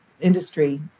industry